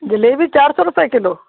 जलेबी चार सौ रुपये किलो